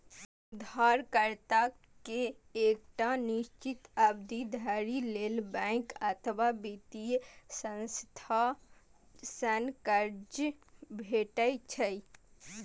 उधारकर्ता कें एकटा निश्चित अवधि धरि लेल बैंक अथवा वित्तीय संस्था सं कर्ज भेटै छै